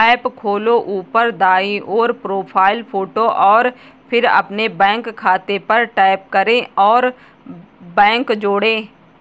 app खोलो, ऊपर दाईं ओर, प्रोफ़ाइल फ़ोटो और फिर अपने बैंक खाते पर टैप करें और बैंक जोड़ें